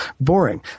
boring